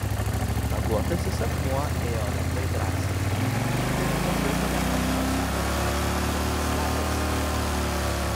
raguotasis akmuo ėjo labai drąsiai kad nekiltų nė mažiausio įtarimo jog jis slepiasi